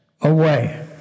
away